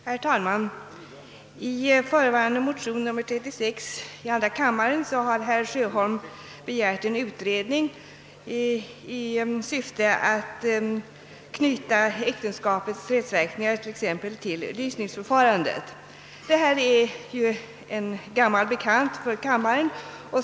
Herr talman! I förevarande motion, nr II: 36, har herr Sjöholm begärt 'en utredning i syfte att knyta äktenskapets rättsverkningar till lysningsförfarandet. Detta ärende är ju en gammal bekant för kammaren.